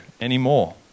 anymore